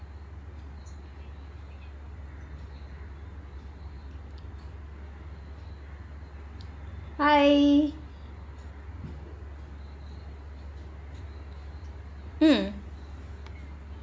hai mm